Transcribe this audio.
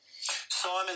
Simon